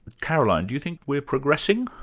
caroline, do you think we're progressing?